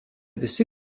visi